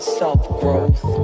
self-growth